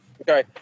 Okay